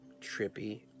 trippy